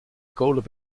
kolen